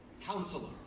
Counselor